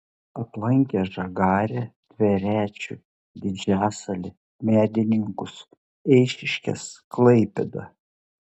aplankė žagarę tverečių didžiasalį medininkus eišiškes klaipėdą